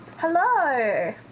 hello